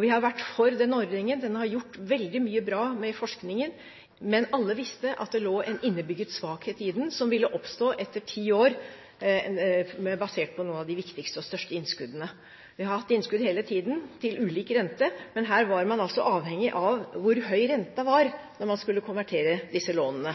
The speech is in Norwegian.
Vi har vært for den ordningen, og den har gjort veldig mye bra med forskningen. Men alle visste at det lå en innebygget svakhet i den som ville oppstå etter ti år, basert på noen av de viktigste og største innskuddene. Vi har hatt innskudd hele tiden til ulik rente, men her var man altså avhengig av hvor høy renten var når man skulle konvertere disse lånene.